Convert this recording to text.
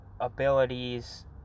abilities